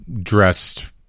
dressed